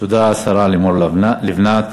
תודה לשרה לימור לבנת.